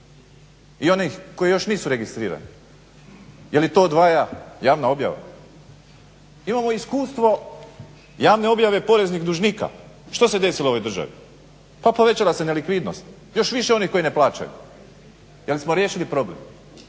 i onih koji još nisu registrirani. Je li to odvaja javna objava. Imamo iskustvo javne objave poreznih dužnika. Što se desilo ovoj državi? Pa povećala se nelikvidnost, još više onih koji ne plaćaju. Jel smo riješili problem.